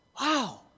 Wow